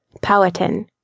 Powhatan